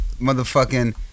motherfucking